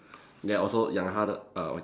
then also 养他的 err